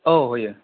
औ होयो